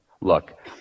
Look